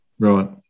Right